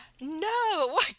no